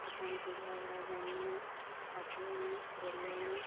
অশান্তি ঝগড়া জানি না থাকিও না করিও না